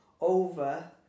over